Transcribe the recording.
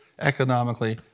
economically